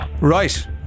Right